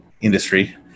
industry